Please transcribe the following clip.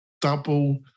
double